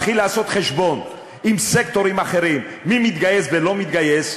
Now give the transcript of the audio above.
מתחיל לעשות חשבון עם סקטורים אחרים מי מתגייס ולא מתגייס,